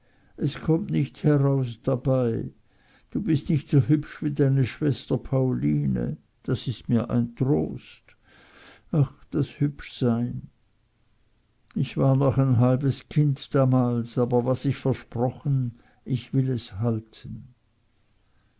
es kommt nichts dabei heraus du bist nicht so hübsch wie deine schwester pauline das ist mir ein trost ach das hübschsein ich war noch ein halbes kind damals aber was ich ihr versprochen ich will es halten